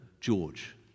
George